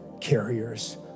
carriers